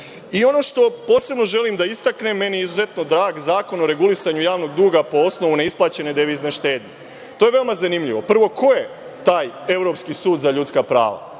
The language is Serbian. što posebno želim da istaknem, meni je izuzetno drag Zakon o regulisanju javnog duga po osnovu neisplaćene devizine štednje. To je veoma zanimljivo. Prvo, ko je taj Evropski sud za ljudska prava?